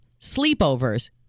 sleepovers